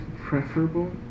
preferable